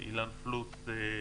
אילן פלוס,